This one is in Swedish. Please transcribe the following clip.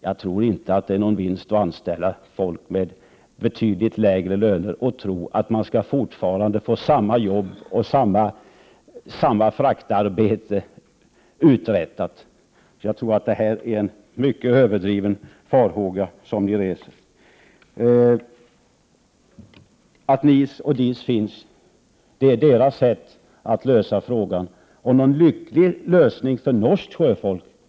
Jag tror inte att det är någon vinst att anställa folk med betydligt lägre löner och tro att man fortfarande skall få samma jobb och samma fraktarbete uträttat. Jag tror att ni hyser en mycket överdriven farhåga. Danmark och Norge har försökt lösa problemet genom att inrätta NIS och DIS. Vi vet dock att det inte är någon lycklig lösning för norskt sjöfolk.